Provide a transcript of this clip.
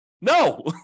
No